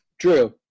true